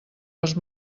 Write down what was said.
els